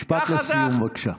משפט סיום, בבקשה.